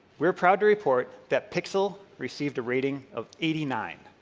we're proud to report that pixel received a rating of eighty nine.